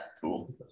cool